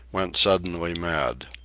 went suddenly mad.